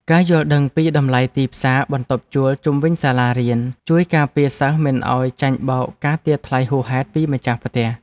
ការយល់ដឹងពីតម្លៃទីផ្សារបន្ទប់ជួលជុំវិញសាលារៀនជួយការពារសិស្សមិនឱ្យចាញ់បោកការទារថ្លៃហួសហេតុពីម្ចាស់ផ្ទះ។